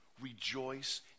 rejoice